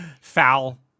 foul